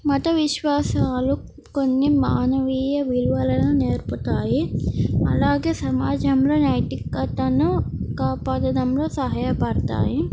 మత విశ్వాసాలు కొన్ని మానవీయ విలువలను నేర్పుతాయి అలాగే సమాజంలో నైతికతను కాపాడడంలో సహాయపడతాయి